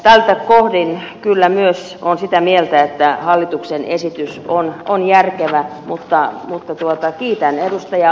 tältä kohdin kyllä myös olen sitä mieltä että hallituksen esitys on järkevä mutta kiitän ed